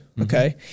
okay